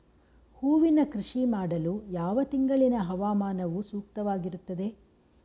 ಹೂವಿನ ಕೃಷಿ ಮಾಡಲು ಯಾವ ತಿಂಗಳಿನ ಹವಾಮಾನವು ಸೂಕ್ತವಾಗಿರುತ್ತದೆ?